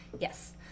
Yes